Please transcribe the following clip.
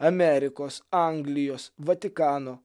amerikos anglijos vatikano